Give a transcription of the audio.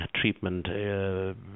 treatment